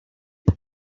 all